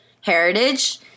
heritage